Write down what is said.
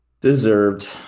Deserved